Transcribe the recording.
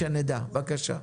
בבקשה.